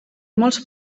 molts